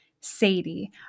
Sadie